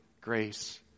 grace